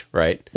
right